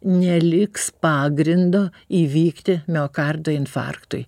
neliks pagrindo įvykti miokardo infarktui